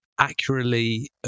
accurately